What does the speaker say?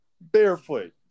barefoot